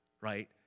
right